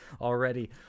already